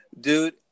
dude